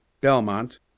Belmont